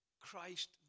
Christ